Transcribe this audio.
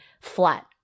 flat